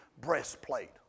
breastplate